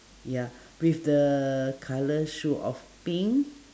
ya with the colour shoe of pink